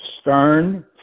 stern